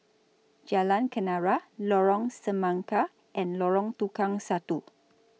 Jalan Kenarah Lorong Semangka and Lorong Tukang Satu